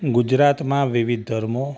ગુજરાતમાં વિવિધ ધર્મો